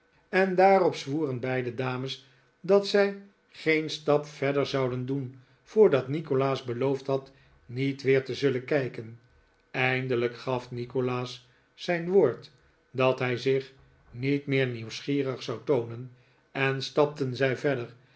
en daarop zwoeren beide dames dat zij geen stap verder zouden doen voordat nikolaas beloofd had niet weer te zullen kijken eindelijk gaf nikolaas zijn woord dat hij zich niet meer nieuwsgierig zou toonen en stapten zij verder